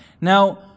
Now